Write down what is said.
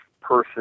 person